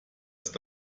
ist